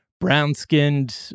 brown-skinned